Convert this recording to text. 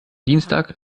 dienstag